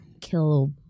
kill